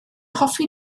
hoffi